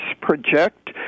project